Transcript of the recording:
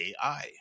AI